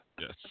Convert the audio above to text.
Yes